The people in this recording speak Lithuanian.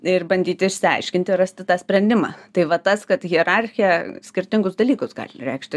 ir bandyti išsiaiškinti rasti tą sprendimą tai va tas kad hierarchija skirtingus dalykus gali reikšti